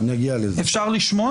אפשר לשמוע?